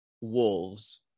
Wolves